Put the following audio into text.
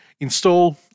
Install